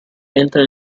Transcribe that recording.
entra